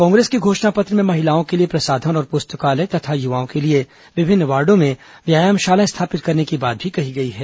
कांग्रेस के घोषणा पत्र में महिलाओं के लिए प्रसाधन और पुस्तकालय तथा युवाओं के लिए विभिन्न वार्डो में व्यायाम शाला स्थापित करने की बात भी कही गई है